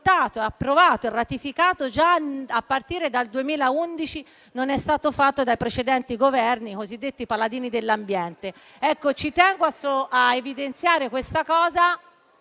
adottato, approvato e ratificato già a partire dal 2011, ciò non è stato fatto dai precedenti Governi, cosiddetti paladini dell'ambiente? Ci tenevo a evidenziare questo